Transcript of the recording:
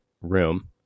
room